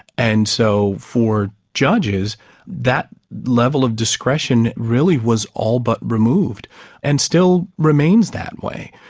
and so for judges that level of discretion really was all but removed and still remains that way.